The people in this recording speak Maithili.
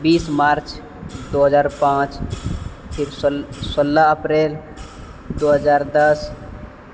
बीस मार्च दो हजार पाँच सोलह अप्रैल दो हजार दस